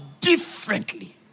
differently